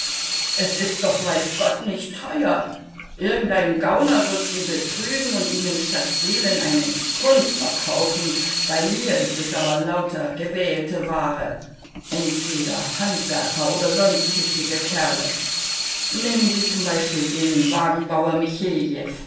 es ist doch weiß gott nicht teuer irgendein gauner wird sie betrügen und ihnen statt seelen einen schund verkaufen bei mir ist es aber lauter gewählte ware entweder handwerker oder sonst tüchtige kerle nehmen sie z b den wagenbauer michejew